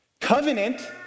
Covenant